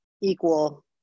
equal